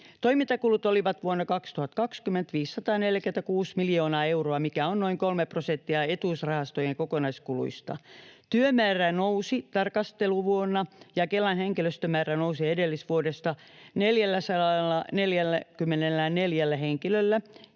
toimintakulut olivat 546 miljoonaa euroa, mikä on noin 3 prosenttia etuusrahastojen kokonaiskuluista. Työmäärä nousi tarkasteluvuonna, ja Kelan henkilöstömäärä nousi edellisvuodesta 444 henkilöllä: